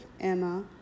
Emma